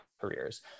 careers